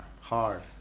Hard